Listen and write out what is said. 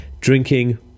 Drinking